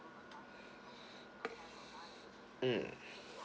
mm